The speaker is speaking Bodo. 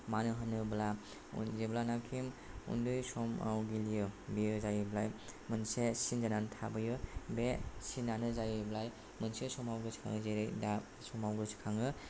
मानो होनोब्ला जेब्लानोखि उन्दै समाव गेलेयो बेयो जाहैबाय मोनसे सिन होनानै थाबोयो बे सिनानो जाहैबाय मोनसे समाव गोसोखाङो जेरै दा समाव गोसोखाङो